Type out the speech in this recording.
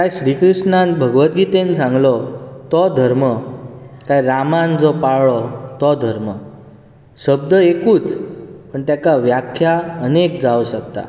काय श्री कृष्णान भगवत गितेंत सांगलो तो धर्म काय रामान जो पाळ्ळो तो धर्म शब्द एकूच आनी ताका व्याख्या अनेक जावंक शकतात